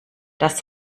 das